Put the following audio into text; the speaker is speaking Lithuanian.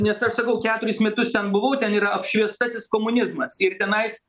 nes aš sakau keturis metus ten buvau ten yra apšviestasis komunizmas ir tenais